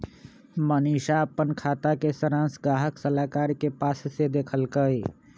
मनीशा अप्पन खाता के सरांश गाहक सलाहकार के पास से देखलकई